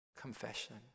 confession